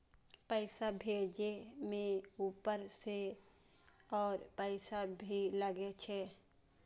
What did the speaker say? पैसा भेजे में ऊपर से और पैसा भी लगे छै?